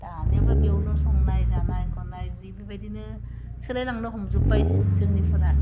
दानियाबा बेयावनो संनाय जानाय खावनाय दिफोरबायदिनो सोलाइलांनो हमजोब्बाय जोंनिफ्रा